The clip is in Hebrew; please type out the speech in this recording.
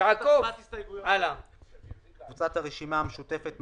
אלה שהממשלה אומרת: